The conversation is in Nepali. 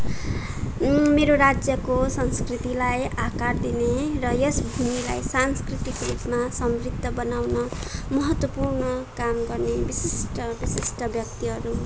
मेरो राज्यको संस्कृतिलाई आकार दिने र यस भूमिलाई सांस्कृतिक रूपमा समृद्ध बनाउन महत्त्वपूर्ण काम गर्ने विशिष्ट विशिष्ट व्यक्तिहरू